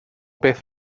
beth